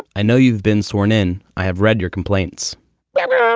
i know you've been sworn in. i have read your complaints but